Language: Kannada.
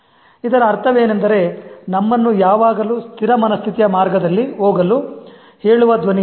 ಇದರ ಅರ್ಥವೇನೆಂದರೆ ನಮ್ಮನ್ನು ಯಾವಾಗಲೂ ಸ್ಥಿರ ಮನಸ್ಥಿತಿಯ ಮಾರ್ಗದಲ್ಲಿ ಹೋಗಲು ಹೇಳುವ ಧ್ವನಿ ಇದೆ